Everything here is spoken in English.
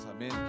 Amen